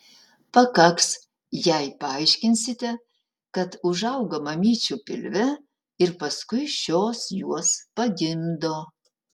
pakaks jei paaiškinsite kad užauga mamyčių pilve ir paskui šios juos pagimdo